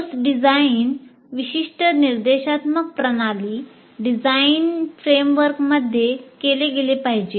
course design विशिष्ट निर्देशात्मक प्रणाली डिझाइन फ्रेमवर्कमध्ये केली गेली पाहिजेत